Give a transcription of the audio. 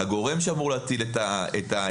הגורם שאמור להטיל את העיצומים,